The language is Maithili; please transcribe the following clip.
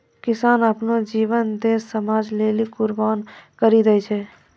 किसान आपनो जीवन देस समाज लेलि कुर्बान करि देने छै